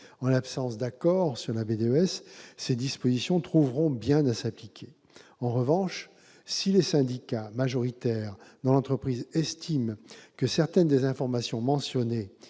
En l'absence d'accord sur la BDES, ces dispositions trouveront bien à s'appliquer. En revanche, si les syndicats majoritaires dans l'entreprise estiment que certaines des informations mentionnées